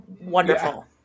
wonderful